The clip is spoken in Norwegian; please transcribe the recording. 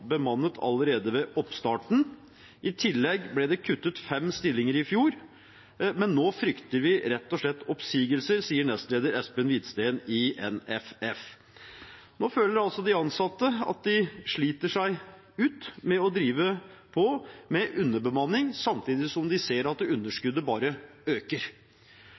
bemannet allerede ved oppstarten . I tillegg ble det kuttet fem stillinger i fjor. men nå frykter vi rett og slett oppsigelser, sier nestleder Espen Hvidsten i NFF.» De ansatte føler at de sliter seg ut med å drive på underbemanning samtidig som de ser at underskuddet bare øker.